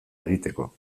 egiteko